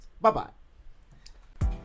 bye-bye